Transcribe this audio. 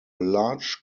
large